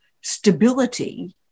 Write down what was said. stability